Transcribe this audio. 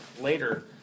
later